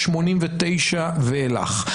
89 ואילך.